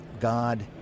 God